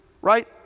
right